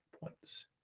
points